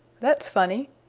that's funny,